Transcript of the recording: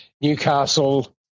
Newcastle